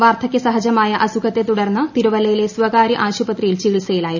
വാർദ്ധകൃസഹജമായ അസുഖത്തെ തുടർന്ന് തിരുവല്ലയിലെ സ്വകാര്യ ആശുപത്രിയിൽ ചികിത്സയ്യിലായിരുന്നു